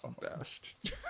best